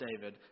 David